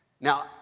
Now